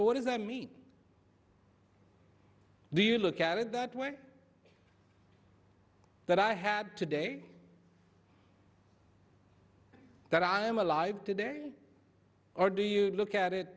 but does that mean do you look at it that way that i had today that i am alive today or do you look at it